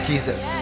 Jesus